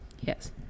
Yes